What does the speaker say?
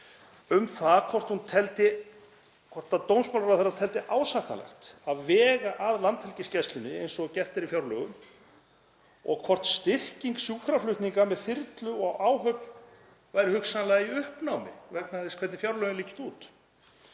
um það hvort dómsmálaráðherra teldi ásættanlegt að vega að Landhelgisgæslunni eins og gert er í fjárlögum og hvort styrking sjúkraflutninga með þyrlu og áhöfn væru hugsanlega í uppnámi vegna þess hvernig fjárlögin líta út.